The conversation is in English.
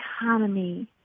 economy